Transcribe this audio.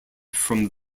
from